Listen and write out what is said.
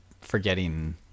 forgetting